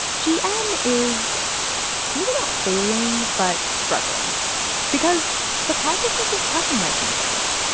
gm is maybe not failing but struggling because the car business is tough in the nineteen twenty s.